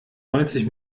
neunzig